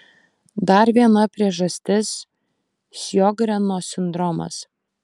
dar viena priežastis sjogreno sindromas